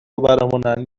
برمونن